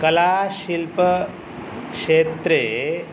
कलाशिल्पक्षेत्रे